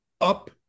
up